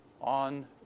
on